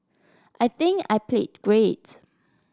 I think I played great